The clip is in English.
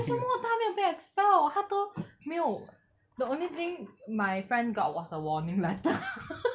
为什么他没有被 expelled 他都没有 the only thing my friend got was a warning letter